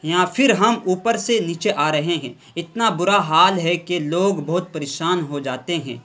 یا پھر ہم اوپر سے نیچے آ رہے ہیں اتنا برا حال ہے کہ لوگ بہت پریشان ہو جاتے ہیں